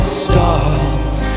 stars